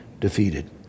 defeated